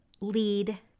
lead